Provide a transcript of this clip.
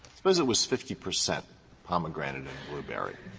suppose it was fifty percent pomegranate and blueberry.